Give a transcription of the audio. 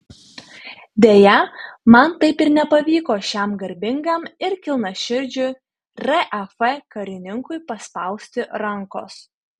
deja man taip ir nepavyko šiam garbingam ir kilniaširdžiui raf karininkui paspausti rankos